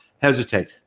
Hesitate